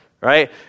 right